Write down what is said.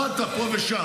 באת פה ושם.